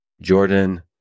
Jordan